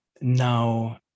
now